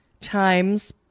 times